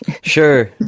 Sure